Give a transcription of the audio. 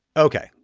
ok.